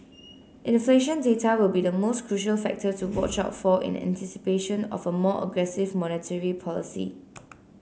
inflation data will be the most crucial factor to watch out for in anticipation of a more aggressive monetary policy